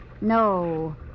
No